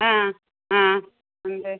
ആ ആ ഉണ്ട്